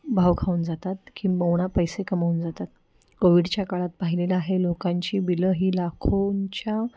भाव खाऊन जातात किंबहुना पैसे कमवून जातात कोविडच्या काळात पाहिलेलं आहे लोकांची बिलं ही लाखोंच्या